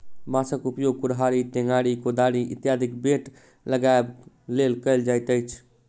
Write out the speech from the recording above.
बाँसक उपयोग कुड़हड़ि, टेंगारी, कोदारि इत्यादिक बेंट लगयबाक लेल कयल जाइत अछि